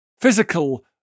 physical